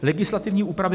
Legislativní úpravy.